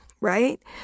right